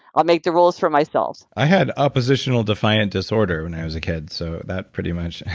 i'll make the rules for myself. i had oppositional defiant disorder when i was a kid, so that pretty much